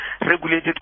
regulated